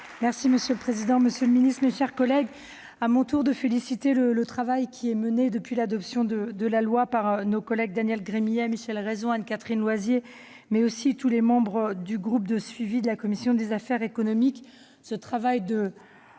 Monsieur le président, monsieur le ministre, mes chers collègues, à mon tour de féliciter le travail mené depuis l'adoption de la loi par Daniel Gremillet, Michel Raison, Anne-Catherine Loisier, mais aussi tous les membres du groupe de suivi de la commission des affaires économiques. Ce travail de